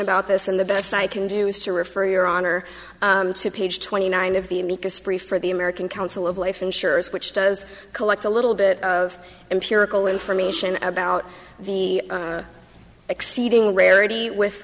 about this and the best i can do is to refer your honor to page twenty nine of the meekest free for the american council of life insurers which does collect a little bit of empirical information about the exceeding rarity with